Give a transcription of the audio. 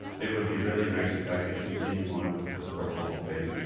it would be really nice if i could continue on with the sports wall of fame.